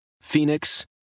Phoenix